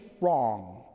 wrong